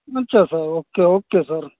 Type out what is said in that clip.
اچّھا sir okay okay سر